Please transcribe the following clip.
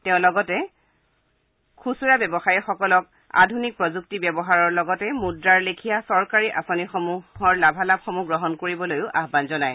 তেওঁ লগতে গেলামালৰ দোকান আৰু খুচুৰা ব্যৱসায়ীসকলক আধুনিক প্ৰযুক্তি ব্যৱহাৰৰ লগতে মুদ্ৰাৰ লেখীয়া চৰকাৰী আঁচনিসমূহৰ লাভালাভসমূহ গ্ৰহণ কৰিবলৈও আহান জনায়